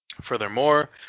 Furthermore